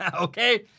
Okay